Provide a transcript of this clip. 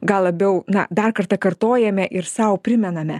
gal labiau na dar kartą kartojame ir sau primename